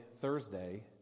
Thursday